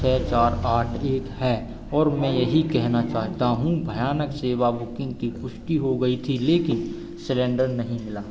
छः चार आठ एक है और मैं यही कहना चाहता हूँ भयानक सेवा बुकिंग की पुष्टि हो गई थी लेकिन सिलेण्डर नहीं मिला